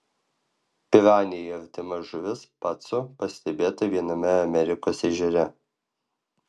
piranijai artima žuvis pacu pastebėta viename amerikos ežere